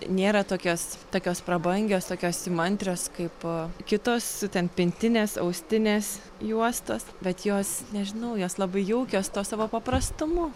nėra tokios tokios prabangios tokios įmantrios kaip kitos ten pintinės austinės juostos bet jos nežinau jos labai jaukios tuo savo paprastumu